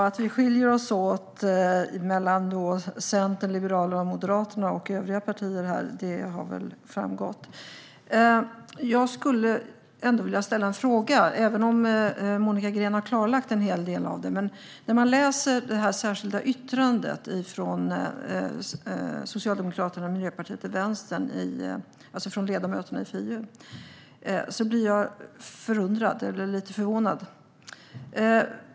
Fru talman! Att Centern, Liberalerna och Moderaterna skiljer sig från övriga partier har väl framgått. Monica Green har klarlagt en hel del, men det särskilda yttrandet från Socialdemokraternas, Miljöpartiets och Vänsterns ledamöter i FiU gör mig lite förvånad.